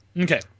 Okay